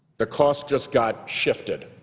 the cost just got shifted.